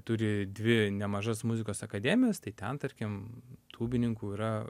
turi dvi nemažas muzikos akademijas tai ten tarkim tūbininkų yra